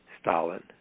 Stalin